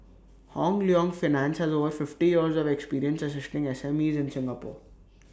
Hong Leong finance has over fifty years of experience assisting SMEs in Singapore